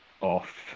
off